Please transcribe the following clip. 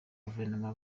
guverinoma